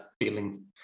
feeling